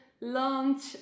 Launch